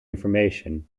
information